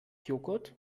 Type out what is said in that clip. joghurt